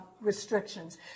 restrictions